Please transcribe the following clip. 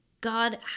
God